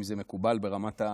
אם זה מקובל ברמת התקנון,